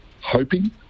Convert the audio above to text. hoping